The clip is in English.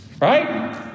Right